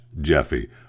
Jeffy